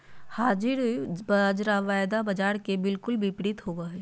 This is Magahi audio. हाज़िर बाज़ार वायदा बाजार के बिलकुल विपरीत होबो हइ